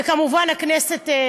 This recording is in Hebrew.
וכמובן במליאת הכנסת,